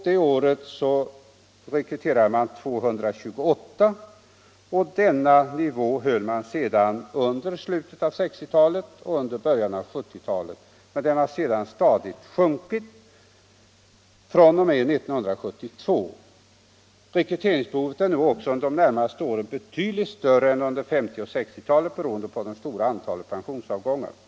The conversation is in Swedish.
Det året rekryterade man 228 reservofficersaspiranter, och rekryteringen höll sig sedan ungefär på denna nivå under slutet av 1960-talet och början av 1970-talet men har stadigt sjunkit fr.o.m. 1972. Rekryteringsbehovet är nu och under de närmaste åren betydligt större än under 1950 och 1960-talen beroende på det stora antalet pensionsav Nr 88 gångar.